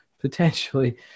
potentially